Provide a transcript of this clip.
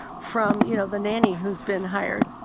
from, you know, the nanny who's been hired.